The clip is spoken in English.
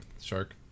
shark